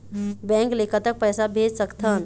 Bank ले कतक पैसा भेज सकथन?